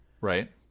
right